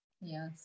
Yes